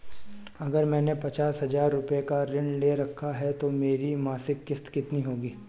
अगर मैंने पचास हज़ार रूपये का ऋण ले रखा है तो मेरी मासिक किश्त कितनी होगी?